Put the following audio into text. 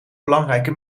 belangrijke